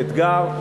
האתגר,